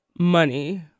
money